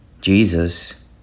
Jesus